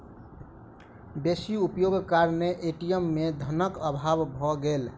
बेसी उपयोगक कारणेँ ए.टी.एम में धनक अभाव भ गेल